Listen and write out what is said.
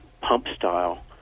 pump-style